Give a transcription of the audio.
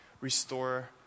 restore